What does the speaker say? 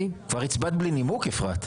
כבר הצבעת בלי נימוק, אפרת?